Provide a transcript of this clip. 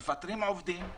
מפטרים עובדים,